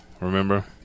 remember